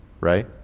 right